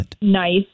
nice